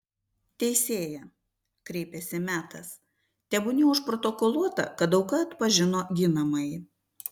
teisėja kreipėsi metas tebūnie užprotokoluota kad auka atpažino ginamąjį